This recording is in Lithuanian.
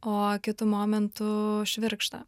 o kitu momentu švirkštą